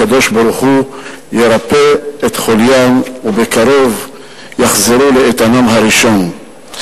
הקדוש-ברוך-הוא ירפא את חוליים ובקרוב יחזרו לאיתנם הראשון.